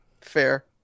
Fair